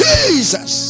Jesus